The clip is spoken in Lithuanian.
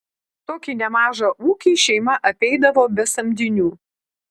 tokį nemažą ūkį šeima apeidavo be samdinių